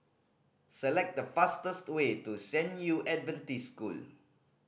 select the fastest way to San Yu Adventist School